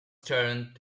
turned